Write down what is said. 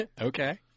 Okay